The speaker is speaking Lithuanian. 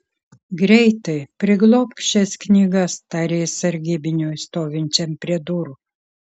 greitai priglobk šias knygas tarė jis sargybiniui stovinčiam prie durų